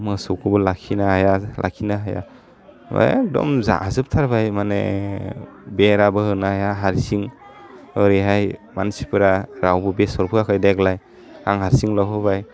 मोसौखौबो लाखिनो हाया लाखिनो हाया एगदम जाजोब थारबाय माने बेराबो होनो हाया हारसिं ओरैहाय मानसिफ्रा रावबो बेसर फोयाखै देग्लाय आं हारसिंल' होबाय